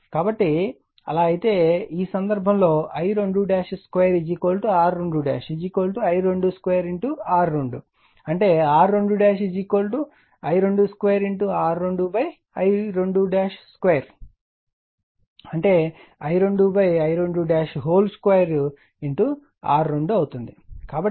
కాబట్టి అలా అయితే ఈ సందర్భంలో I22 R2 I22 R2 అంటే R2 I22 R2 I22 అంటే I2 I2 2 R2 అవుతుంది